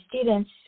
students